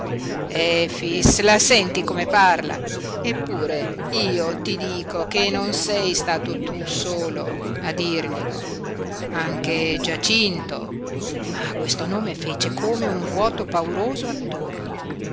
soli efix la senti come parla eppure io ti dico che non sei stato tu solo a dirglielo anche giacinto ma questo nome fece come un vuoto pauroso attorno